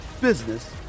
business